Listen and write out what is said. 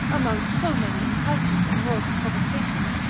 amongst so many enticements and worldly provocations,